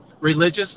religious